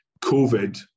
COVID